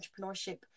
entrepreneurship